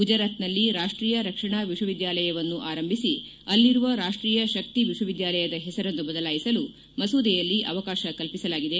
ಗುಜರಾತ್ನಲ್ಲಿ ರಾಷ್ಟೀಯ ರಕ್ಷಣಾ ವಿಶ್ವವಿದ್ದಾಲಯವನ್ನು ಆರಂಭಿಸಿ ಅಲ್ಲಿರುವ ರಾಷ್ಟೀಯ ಶಕ್ತಿ ವಿಶ್ವವಿದ್ದಾಲಯದ ಹೆಸರನ್ನು ಬದಲಾಯಿಸಲು ಮಸೂದೆಯಲ್ಲಿ ಅವಕಾಶ ಕಲ್ಲಿಸಲಾಗಿದೆ